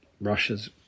Russia's